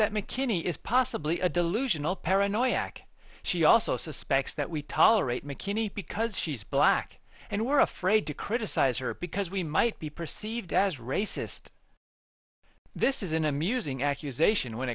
that mckinney is possibly a delusional paranoia ak she also suspects that we tolerate mckinney because she's black and we're afraid to criticize her because we might be perceived as racist this is an amusing accusation when